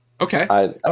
Okay